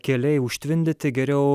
keliai užtvindyti geriau